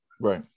Right